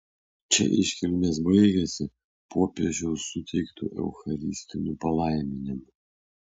čia iškilmės baigėsi popiežiaus suteiktu eucharistiniu palaiminimu